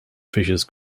fissures